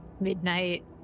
midnight